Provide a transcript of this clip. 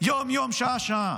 יום-יום ושעה-שעה.